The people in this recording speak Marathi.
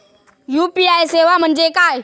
यू.पी.आय सेवा म्हणजे काय?